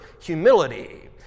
humility